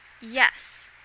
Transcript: Yes